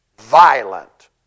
violent